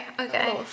okay